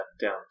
down